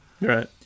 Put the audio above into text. Right